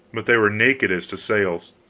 but they were naked as to sails,